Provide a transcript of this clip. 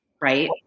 Right